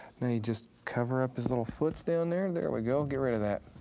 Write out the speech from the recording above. now you just cover up his little foots down there. there we go, get rid of that.